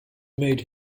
made